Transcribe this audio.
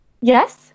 Yes